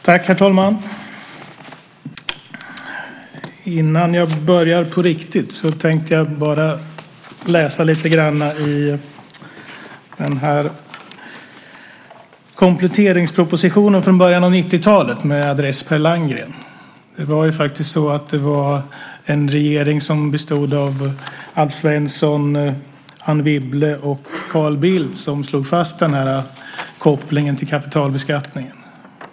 Herr talman! Innan jag börjar på riktigt tänker jag läsa lite grann i en kompletteringsproposition från början av 90-talet med adress Per Landgren. Det var en regering som bestod av bland annat Alf Svensson, Anne Wibble och Carl Bildt som slog fast kopplingen till kapitalbeskattningen.